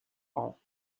ans